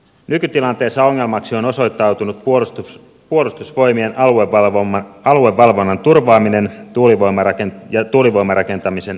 nykytilanteessa ongelmaksi on osoittautunut puolustusvoimien aluevalvonnan turvaaminen ja tuulivoimarakentamisen yhteensovittaminen